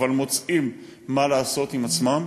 אבל מוצאים מה לעשות עם עצמם,